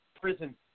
Prison